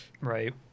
right